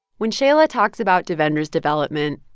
when shaila talks about devendra's development,